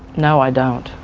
no, i don't.